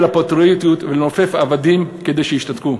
הפטריוטיות ולנופף בו למול העבדים כדי שישתתקו.